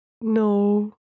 No